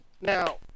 Now